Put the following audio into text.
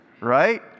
Right